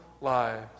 lives